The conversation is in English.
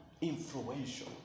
influential